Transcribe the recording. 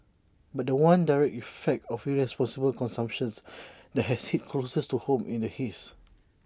but The One direct effect of irresponsible consumption's that has hit closest to home in the haze